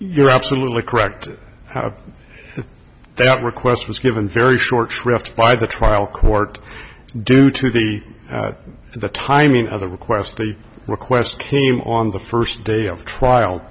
you're absolutely correct they don't request was given very short shrift by the trial court due to the the timing of the request the request came on the first day of trial